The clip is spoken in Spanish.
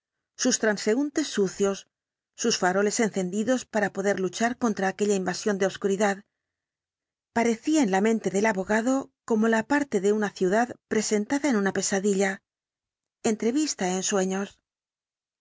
sus transeúntes sucios sus faroles encendidos para poder luchar contra aquella invasión de obscuridad parecía en la mente del abogado como la parte de una el caso del asesino de carew ciudad presentada en una pesadilla entrevista en sueños